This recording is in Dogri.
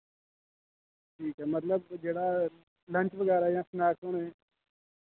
ठीक ऐ मतलब जेह्ड़ा लंच बगैरा जां स्नैक्स होने